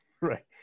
Right